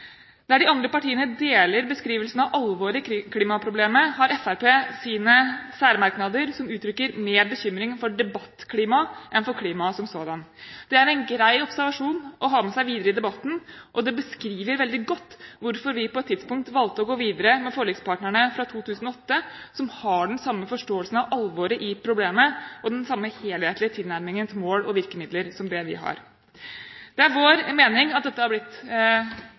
Der de andre partiene deler beskrivelsen av alvoret i klimaproblemet, har Fremskrittspartiet sine særmerknader, som uttrykker mer bekymring for debattklimaet enn for klimaet som sådan. Det er en grei observasjon å ha med seg videre i debatten, og det beskriver veldig godt hvorfor vi på et tidspunkt valgte å gå videre med forlikspartnerne fra 2008, som har den samme forståelsen av alvoret i problemet og den samme helhetlige tilnærmingen til mål og virkemidler som det vi har. Det er vår mening at dette har blitt